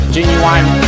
Genuine